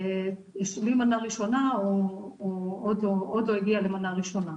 עשו מנה ראשונה, או עוד לא הגיע למנה הראשונה.